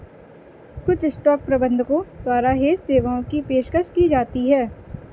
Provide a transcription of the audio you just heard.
कुछ स्टॉक प्रबंधकों द्वारा हेज सेवाओं की पेशकश की जाती हैं